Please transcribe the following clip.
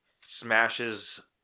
smashes